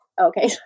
Okay